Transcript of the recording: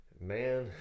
man